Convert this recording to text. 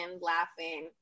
laughing